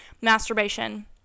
masturbation